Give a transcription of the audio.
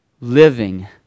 living